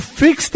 fix